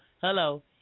hello